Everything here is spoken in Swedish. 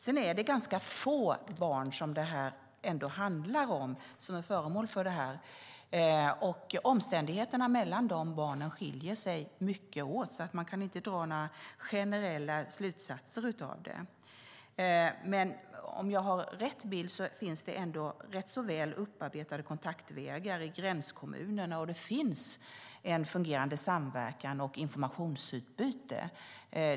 Sedan är det ganska få barn det handlar om. Omständigheterna skiljer sig mycket åt mellan barnen, och därför kan man inte dra några generella slutsatser. Om jag har rätt bild finns det relativt väl upparbetade kontaktvägar i gränskommunerna, och redan i dag finns det fungerande samverkan och informationsutbyte.